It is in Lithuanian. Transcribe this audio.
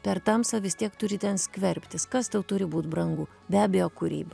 per tamsą vis tiek turi ten skverbtis kas tau turi būt brangu be abejo kūryba